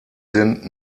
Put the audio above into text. sind